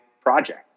project